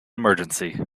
emergency